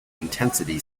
intensity